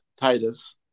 Titus